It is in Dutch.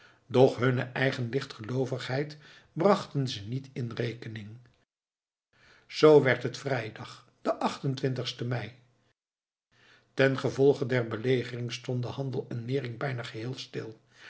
doch hunne eigen lichtgeloovigheid brachten ze niet in rekening zoo werd het vrijdag de achtentwintigste mei tengevolge der belegering stonden handel en nering bijna geheel stil